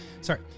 Sorry